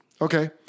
Okay